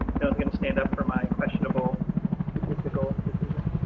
to stand up for my questionable statistical decision.